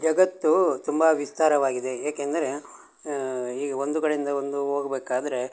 ಜಗತ್ತು ತುಂಬ ವಿಸ್ತಾರವಾಗಿದೆ ಏಕೆಂದರೆ ಈಗ ಒಂದು ಕಡೆಯಿಂದ ಒಂದು ಹೋಗ್ಬೇಕಾದ್ರೆ